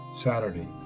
Saturday